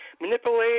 manipulate